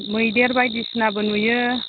मैदेर बायदिसिनाबो नुयो